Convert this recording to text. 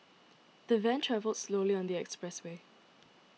the van travelled slowly on the expressway